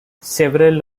several